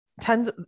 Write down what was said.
tens